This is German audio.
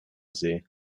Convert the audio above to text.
see